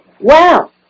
Wow